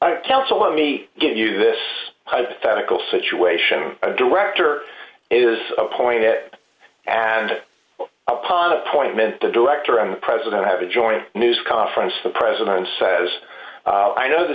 counsel let me give you this hypothetical situation a director is appointed and upon appointment the director and the president have a joint news conference the president says i know the